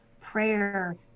prayer